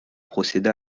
procéda